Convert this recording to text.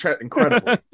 incredible